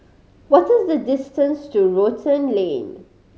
what is the distance to Rotan Lane